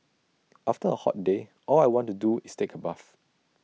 after A hot day all I want to do is take A bath